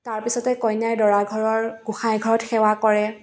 তাৰপিছতে কইনাই দৰা ঘৰৰ গোসাঁইঘৰত সেৱা কৰে